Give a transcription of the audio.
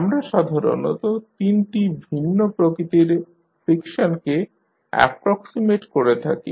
আমরা সাধারণত 3 টি ভিন্ন প্রকৃতির ফ্রিকশনকে অ্যাপ্রক্সিমেট করে থাকি